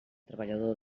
treballador